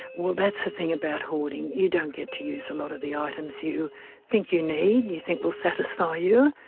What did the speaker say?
well, that's the thing about hoarding, you don't get to use a lot of the items you think you need, you think will satisfy you.